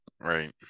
Right